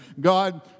God